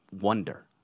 wonder